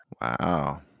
Wow